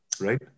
right